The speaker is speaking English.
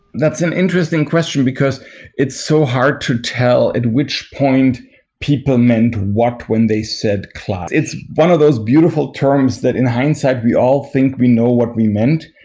that's an interesting question, because it's so hard to tell at which point people meant what when they said class. it's one of those beautiful terms that in hindsight we all think we know what we meant.